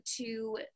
to-